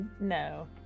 No